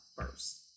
first